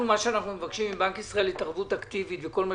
מה שאנחנו מבקשים מבנק ישראל זה התערבות אקטיבית וכל מה